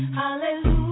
Hallelujah